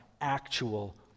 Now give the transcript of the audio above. actual